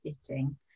sitting